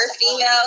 female